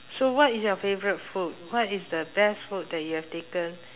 so what is your favourite food what is the best food that you have taken